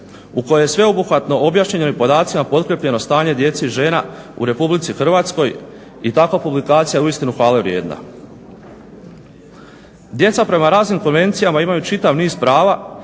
u kojoj je sveobuhvatno objašnjeno i podacima potkrijepljeno stanje djece i žena u Republici Hrvatskoj i takva je publikacija uistinu hvalevrijedna. Djeca prema raznim konvencijama imaju čitav niz prava